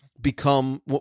become